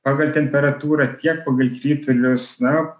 pagal temperatūrą tiek pagal kritulius na